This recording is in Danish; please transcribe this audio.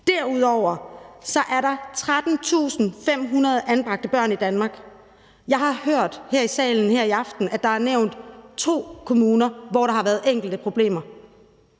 Derudover er der 13.500 anbragte børn i Danmark. Jeg har hørt her i salen her i aften, at der er blevet nævnt to kommuner, hvor der har været enkelte problemer.